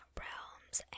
realms